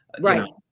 right